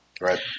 Right